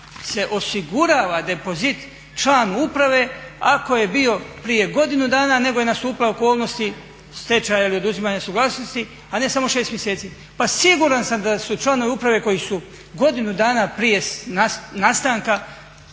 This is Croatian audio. se osigurava dopozit član uprave ako je bio prije godinu dana nego je nastupilo okolnosti stečajevi, oduzimanja suglasnosti a ne samo 6 mjeseci. Pa siguran sam da su članovi uprave koji su godinu dana prije nastanka